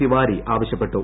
തിവാരി ആവശ്യപ്പെട്ടു